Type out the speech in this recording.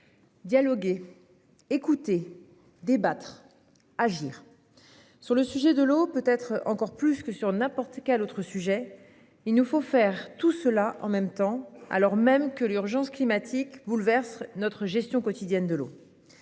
dialoguer, écouter, débattre, agir : sur le sujet de l'eau plus encore peut-être que sur tout autre sujet, il nous faut faire tout cela en même temps, alors même que l'urgence climatique bouleverse notre gestion quotidienne de l'eau.